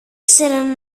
ήξεραν